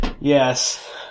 yes